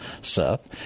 Seth